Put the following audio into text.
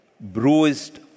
bruised